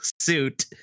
suit